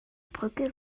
brücke